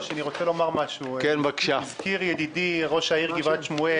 12:05) הזכיר ידידי ראש העיר גבעת שמואל,